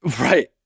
Right